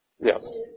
Yes